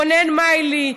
רונן מיילי,